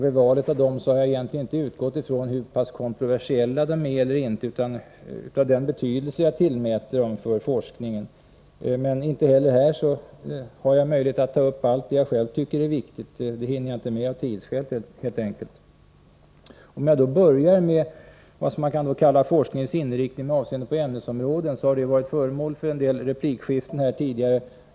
I valet av dem har jag inte utgått ifrån hur pass kontroversiella de är, utan den betydelse jag tillmäter dem för forskningen. Inte heller här har jag möjlighet att ta upp allt jag själv tycker är viktigt. Det hinner jag inte med av tidsskäl. Om jag börjar med vad man kan kalla forskningens inriktning med avseende på ämnesområden kan jag konstatera att detta redan varit föremål för en del replikskiften här tidigare.